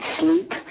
sleep